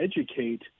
educate